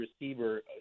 receiver